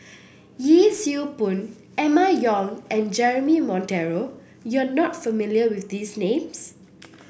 Yee Siew Pun Emma Yong and Jeremy Monteiro you are not familiar with these names